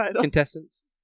contestants